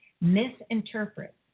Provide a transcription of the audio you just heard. misinterpret